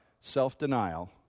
self-denial